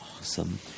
awesome